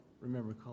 remember